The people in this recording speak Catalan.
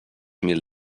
mil